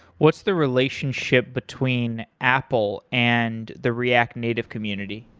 what's the relationship between apple and the react native community?